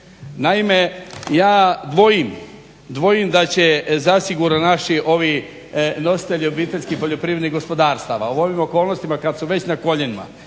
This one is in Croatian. Naime, ja dvojim, dvojim da će zasigurno naši ovi nositelji obiteljskih poljoprivrednih gospodarstava u ovim okolnostima kod su već na koljenima,